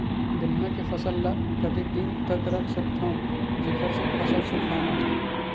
गन्ना के फसल ल कतेक दिन तक रख सकथव जेखर से फसल सूखाय मत?